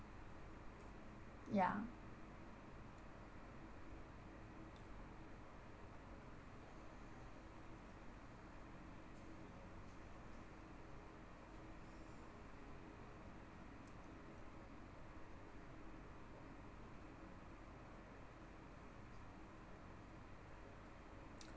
yeah